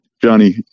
johnny